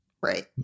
Right